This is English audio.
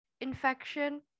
infection